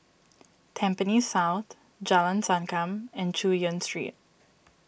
Tampines South Jalan Sankam and Chu Yen Street